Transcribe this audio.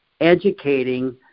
educating